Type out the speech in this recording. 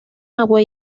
agua